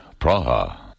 Praha